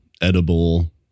edible